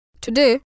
Today